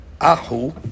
Ahu